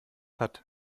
hat